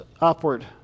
upward